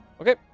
Okay